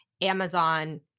Amazon